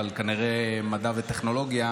אבל כנראה מדע וטכנולוגיה,